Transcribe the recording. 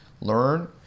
Learn